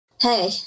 Hey